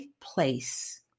place